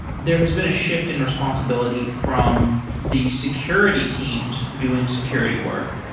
there has been a shift in responsibility from the security teams doing security work.